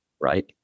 right